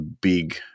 big